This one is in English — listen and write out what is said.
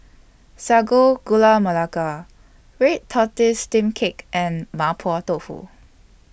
Sago Gula Melaka Red Tortoise Steamed Cake and Mapo Tofu